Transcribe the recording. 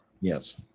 Yes